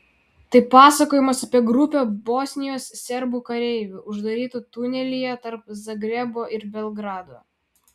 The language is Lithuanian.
tai pasakojimas apie grupę bosnijos serbų kareivių uždarytų tunelyje tarp zagrebo ir belgrado